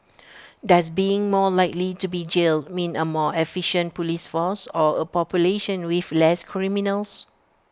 does being more likely to be jailed mean A more efficient Police force or A population with less criminals